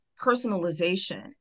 personalization